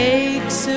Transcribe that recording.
Makes